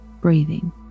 breathing